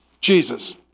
Jesus